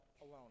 alone